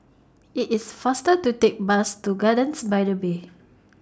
IT IS faster to Take Bus to Gardens By The Bay